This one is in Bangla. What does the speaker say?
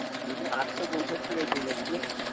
বলছি আটশো পঞ্চাশ টাকায় পেয়ে যাচ্ছি তাই তো